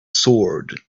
sword